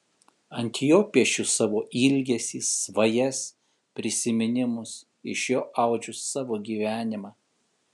ant jo piešiu savo ilgesį svajas prisiminimus iš jo audžiu savo gyvenimą